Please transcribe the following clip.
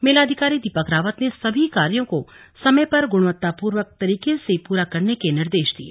मेलाधिकारी दीपक रावत ने सभी कार्यो को समय पर गुणवत्तापूर्ण तरीका से पूरा करने के निर्देश दिये